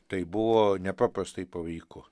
tai buvo nepaprastai pavyko